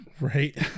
Right